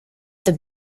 the